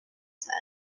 said